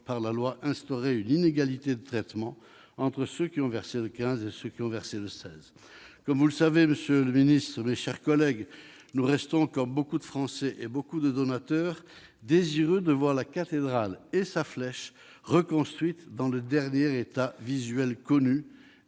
par la loi, instaurer une inégalité de traitement entre ceux qui ont versé le 15 et ceux qui ont donné le 16. Comme vous le savez, monsieur le ministre, mes chers collègues, nous restons, comme nombre de Français et beaucoup de donateurs, désireux de voir la cathédrale et sa flèche reconstruites dans le dernier état visuel connu.